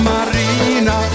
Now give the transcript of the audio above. Marina